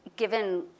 Given